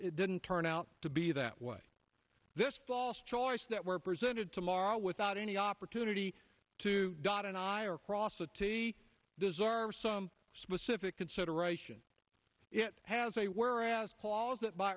it didn't turn out to be that way this false choice that were presented tomorrow without any opportunity to dot and i or cross a t deserve some specific consideration it has a whereas clause that by